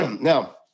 Now